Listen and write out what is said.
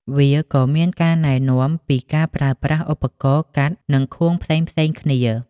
វាក៏មានការណែនាំពីការប្រើប្រាស់ឧបករណ៍កាត់និងខួងផ្សេងៗគ្នា។